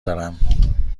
دارم